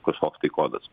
kažkoks tai kodas